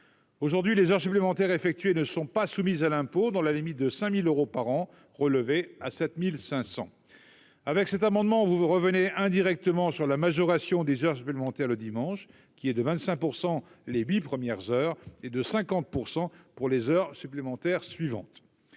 Aujourd'hui, les heures supplémentaires effectuées ne sont pas soumises à l'impôt, dans la limite de 5 000 euros par an, plafond relevé à 7 500 euros. Avec cet amendement, vous revenez indirectement sur la majoration des heures supplémentaires le dimanche, qui est de 25 % les huit premières heures et de 50 % les heures suivantes.